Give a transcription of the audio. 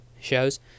shows